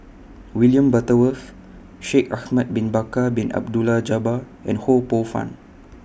William Butterworth Shaikh Ahmad Bin Bakar Bin Abdullah Jabbar and Ho Poh Fun